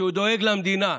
שהוא דואג למדינה.